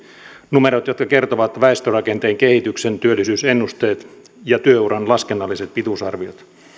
numerot jotka kertovat väestörakenteen kehityksen työllisyysennusteet ja työuran laskennalliset pituusarviot nyt